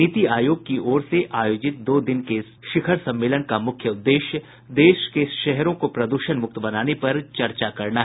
नीति आयोग की ओर से आयोजित दो दिन के इस शिखर सम्मेलन का मुख्य उद्देश्य देश के शहरों को प्रद्षण मुक्त बनाने पर चर्चा करना है